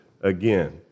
again